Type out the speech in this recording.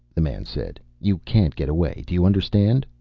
the man said. you can't get away. do you understand?